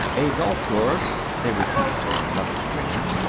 a golf course, they repeated to one another, grinning.